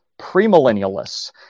premillennialists